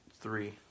three